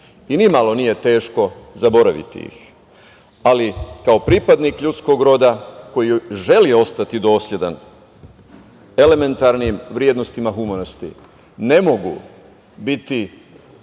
i nimalo nije teško zaboraviti ih, ali kao pripadnik ljudskog roda koji želi ostati dosledan elementarnim vrednostima humanosti, ne mogu biti